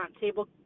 table